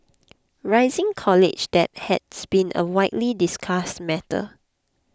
rising college debt has been a widely discussed matter